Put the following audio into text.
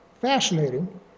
fascinating